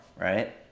right